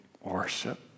worship